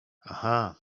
aha